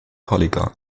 polygon